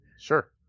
Sure